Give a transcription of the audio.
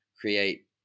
create